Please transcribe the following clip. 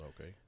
Okay